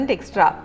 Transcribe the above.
Extra